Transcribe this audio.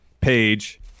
page